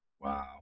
Wow